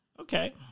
Okay